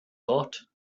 thought